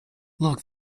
look